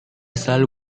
selalu